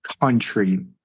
country